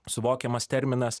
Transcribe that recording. suvokiamas terminas